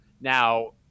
now